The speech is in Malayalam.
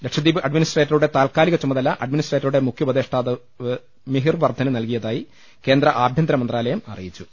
ലക്ഷദ്വീപ് അഡ്മിനിസ്ട്രേറ്ററുടെ താൽക്കാ ലിക ചുമതല അഡ്മിനിസ്ട്രേറ്ററുടെ മുഖ്യ ഉപദേ ഷ്ടാവ് മിഹിർ വർദ്ധന് നൽകിയതായി കേന്ദ്ര ആഭ്യന്തര മന്ത്രാലയം അറിയിച്ചു